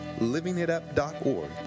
livingitup.org